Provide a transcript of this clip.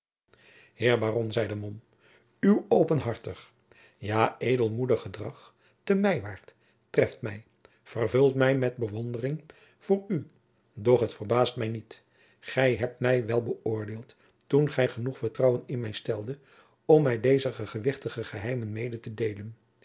heer baron zeide mom uw openhartig ja edelmoedig gedrag te mijwaart treft mij vervult mij met bewondering voor u doch het verbaast mij niet gij hebt mij wel bëoordeeld toen gij genoeg vertrouwen in mij steldet om mij deze gewichtige geheimen mede te deelen